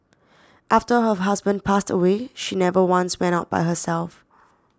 after her husband passed away she never once went out by herself